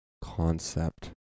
concept